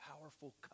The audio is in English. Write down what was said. powerful